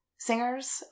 singers